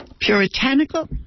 Puritanical